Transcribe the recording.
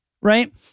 Right